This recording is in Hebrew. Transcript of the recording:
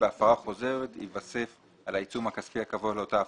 בהפרה חוזרת ייווסף על העיצום הכספי הקבוע לאותה הפרה,